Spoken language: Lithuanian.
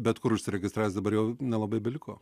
bet kur užsiregistravęs dabar jau nelabai beliko